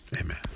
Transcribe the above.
Amen